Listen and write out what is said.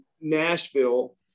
Nashville